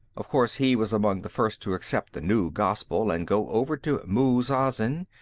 of course, he was among the first to accept the new gospel and go over to muz-azin.